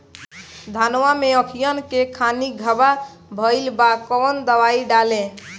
धनवा मै अखियन के खानि धबा भयीलबा कौन दवाई डाले?